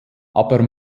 aber